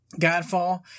Godfall